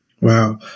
Wow